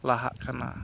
ᱞᱟᱦᱟᱜ ᱠᱟᱱᱟ